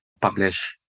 publish